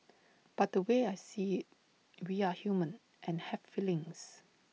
but the way I see IT we are human and have feelings